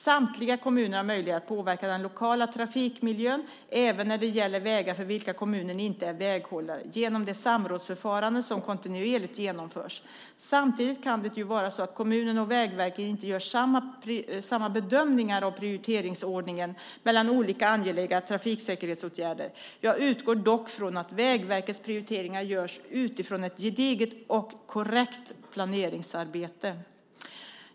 Samtliga kommuner har möjlighet att påverka den lokala trafikmiljön, även när det gäller vägar för vilka kommunen inte är väghållare, genom de samrådsförfaranden som kontinuerligt genomförs. Samtidigt kan det ju vara så att kommunen och Vägverket inte gör samma bedömningar av prioriteringsordningen mellan olika angelägna trafiksäkerhetsåtgärder. Jag utgår dock från att Vägverkets prioriteringar görs utifrån ett gediget och korrekt planeringsarbete.